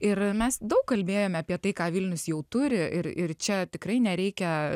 ir mes daug kalbėjome apie tai ką vilnius jau turi ir ir čia tikrai nereikia